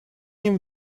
ним